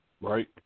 right